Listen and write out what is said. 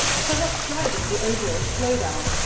so what's driving the overall slowdown?